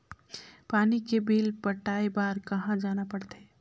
पानी के बिल पटाय बार कहा जाना पड़थे?